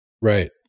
Right